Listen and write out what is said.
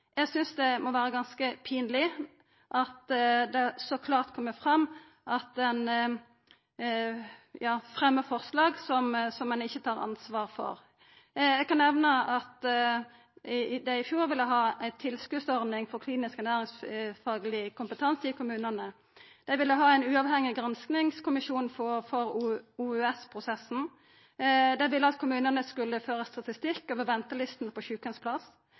Eg synest det må vera ganske pinleg at det så klart kjem fram at ein fremjar forslag ein ikkje tar ansvar for. Eg kan nemna at dei i fjor ville ha ei tilskotsordning for klinisk ernæringsfagleg kompetanse i kommunane, dei ville ha ein uavhengig granskingskommisjon for OUS-prosessen, dei ville at kommunane skulle føra statistikk over ventelistene på